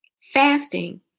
Fasting